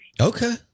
Okay